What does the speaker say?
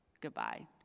goodbye